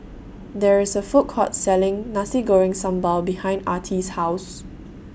There IS A Food Court Selling Nasi Goreng Sambal behind Artie's House